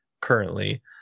currently